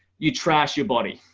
you trash your body.